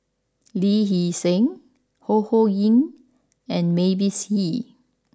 Lee Hee Seng Ho Ho Ying and Mavis Hee